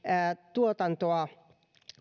tuotantoa